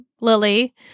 Lily